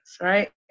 right